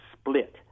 split